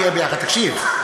תקשיב,